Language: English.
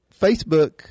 Facebook